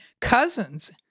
cousins